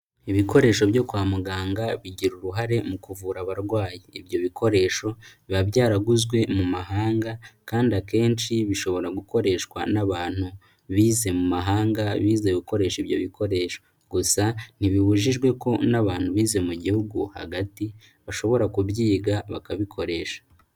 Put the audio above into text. Ibikoresho byo kwa muganga bigira uruhare mu kuvura abarwayi, ibyo bikoresho biba byaraguzwe mu Mahanga kandi akenshi bishobora gukoreshwa n'abantu bize mu Mahanga bize gukoresha ibyo bikoresho, gusa ntibibujijwe ko n'abantu bize mu gihugu hagati bashobora kubyiga bakabikoresha.